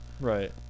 Right